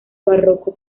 barroco